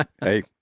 Hey